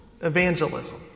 Evangelism